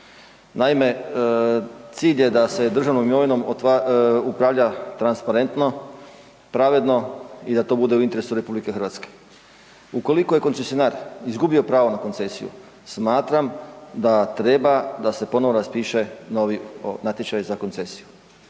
Naime, cilj je da se državnom imovinom upravlja transparentno, pravedno i da to bude u interesu RH. Ukoliko je koncesionar izgubio pravo na koncesiju, smatram da treba da se ponovo raspiše novi natječaj za koncesiju.